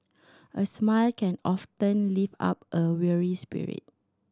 a smile can often lift up a weary spirit